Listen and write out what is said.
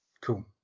Cool